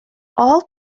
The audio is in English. all